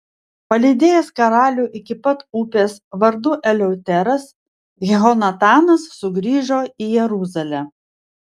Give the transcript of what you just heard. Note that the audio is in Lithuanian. palydėjęs karalių iki pat upės vardu eleuteras jehonatanas sugrįžo į jeruzalę